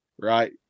right